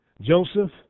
Joseph